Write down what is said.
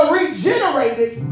regenerated